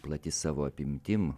plati savo apimtim